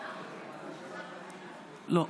לא.